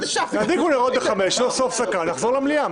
תדליקו נרות ב-17, תעשו הפסקה ונחזור למליאה.